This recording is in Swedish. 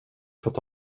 fått